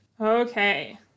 Okay